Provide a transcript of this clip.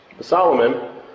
Solomon